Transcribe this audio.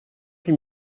huit